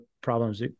problems